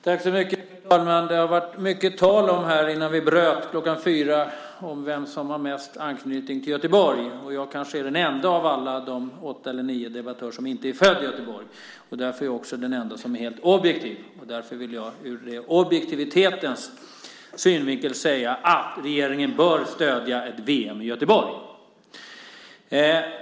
Fru talman! Före ajourneringen kl. 16 var det mycket tal om vem som har mest anknytning till Göteborg. Jag kanske är den ende av alla oss åtta eller nio debattörer som inte är född i Göteborg. Därför är jag också den ende som är helt objektiv, och därför vill jag ur objektivitetens synvinkel säga att regeringen bör stödja ett VM i Göteborg.